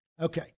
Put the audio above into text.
Okay